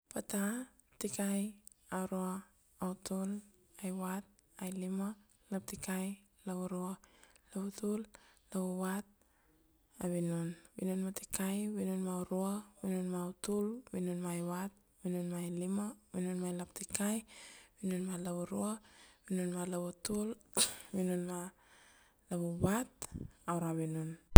Pata, tikai, aurua, autul, aivat, ailima, laptikai, lavurua, lavutul, lavuvat, avinun, vinun ma tikia, vinun ma urua, vinun ma utul, vinun ma ivat, vinun ma ilima, vinun ma laptikai, vinun ma lavurua, vinun ma lavutul, vinun ma lavuvat, aura vinun.